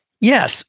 Yes